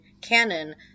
Canon